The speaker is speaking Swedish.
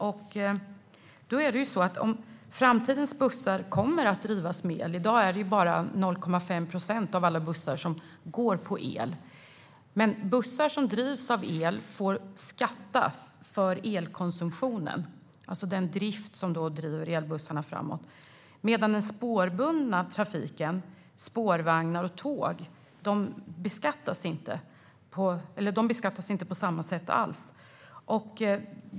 Kanske kommer framtidens bussar att drivas med el. I dag är det bara 0,5 procent av alla bussar som går på el. Men medan man får skatta för den elkonsumtion som driver elbussar framåt beskattas inte den spårbundna trafiken med spårvagnar och tåg på samma sätt alls.